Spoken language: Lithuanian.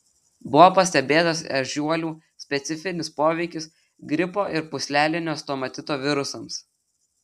buvo pastebėtas ežiuolių specifinis poveikis gripo ir pūslelinio stomatito virusams